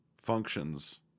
functions